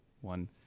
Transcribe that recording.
one